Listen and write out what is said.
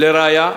לראיה,